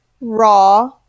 Raw